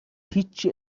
هیچی